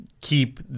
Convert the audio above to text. keep